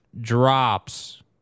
drops